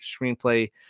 screenplay